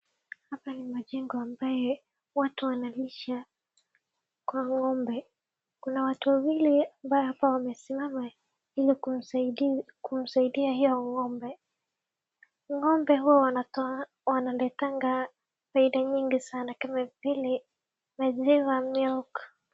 Hapa ni majengo ambaye, watu wanalisha kwa ng'ombe. Kuna watu wawili ambaye hapo wamesimama ilikumsaidia, kumsaidia hio ng'ombe. Ng'ombe huwa wanatoa, wanaletanga faida mingi sana kama vile, maziwa milk .